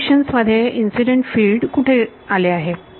equations च्या मध्ये incident field कुठे आले आहे